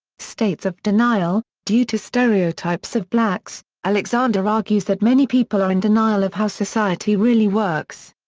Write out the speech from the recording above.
states of denial due to stereotypes of blacks, alexander argues that many people are in denial of how society really works.